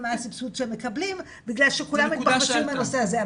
מה הסבסוד שהם מקבלים בגלל שכולם מתבחבשים על הנושא הזה.